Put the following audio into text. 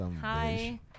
hi